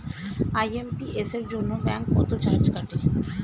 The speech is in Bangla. আই.এম.পি.এস এর জন্য ব্যাংক কত চার্জ কাটে?